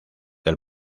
del